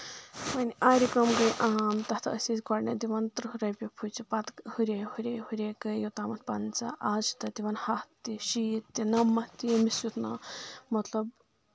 وَنۍ آرِ کٲم گٔے عام تَتھ ٲسۍ أسۍ گۄڈنؠتھ دِوان ترٕٛہ رۄپییہِ پھُچہِ پَتہٕ ہُری ہُری ہُری گٔے یوٚتامَتھ پَنژاہ اَز چھِ دِوان ہَتھ تہِ شیٖتھ تہِ نَمَتھ تہِ ییٚمِس یُتھ نہ مطلب